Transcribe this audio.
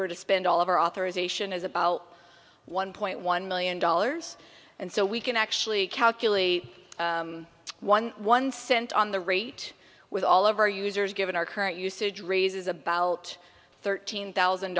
to spend all of our authorization is about one point one million dollars and so we can actually calculate one one cent on the rate with all of our users given our current usage raises about thirteen thousand